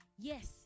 yes